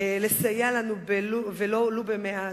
לסייע לנו, ולו במעט.